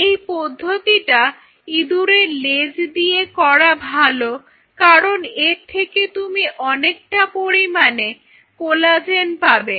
এই পদ্ধতিটা ইঁদুরের লেজ দিয়ে করা ভালো কারণ এর থেকে তুমি অনেকটা পরিমাণে কোলাজেন পাবে